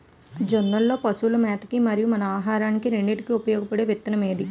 జొన్నలు లో పశువుల మేత కి మరియు మన ఆహారానికి రెండింటికి ఉపయోగపడే విత్తన రకం ఏది?